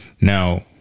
Now